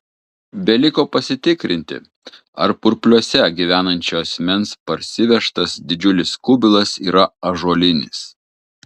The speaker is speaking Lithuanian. beliko pasitikrinti ar purpliuose gyvenančio asmens parsivežtas didžiulis kubilas yra ąžuolinis